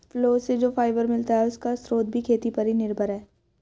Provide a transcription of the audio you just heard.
फलो से जो फाइबर मिलता है, उसका स्रोत भी खेती पर ही निर्भर है